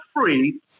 free